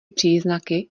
příznaky